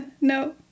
No